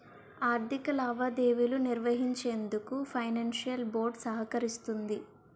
ఆర్థిక లావాదేవీలు నిర్వహించేందుకు ఫైనాన్షియల్ బోర్డ్ సహకరిస్తుంది